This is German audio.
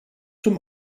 zum